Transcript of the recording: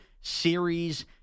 series